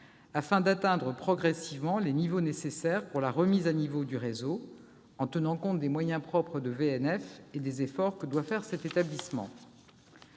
afin d'atteindre progressivement les montants nécessaires pour la remise à niveau du réseau, en tenant compte des moyens propres de VNF et des efforts que doit faire cet établissement.